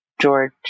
George